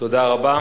תודה רבה.